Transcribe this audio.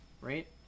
right